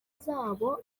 zabo